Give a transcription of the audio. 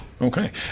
Okay